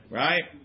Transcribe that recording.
right